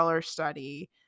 study